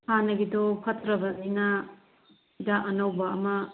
ꯍꯥꯟꯅꯒꯤꯗꯨ ꯐꯠꯇ꯭ꯔꯕꯅꯤꯅ ꯍꯤꯗꯥꯛ ꯑꯅꯧꯕ ꯑꯃ